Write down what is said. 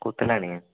कुत्थे लेनी ऐ